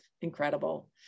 incredible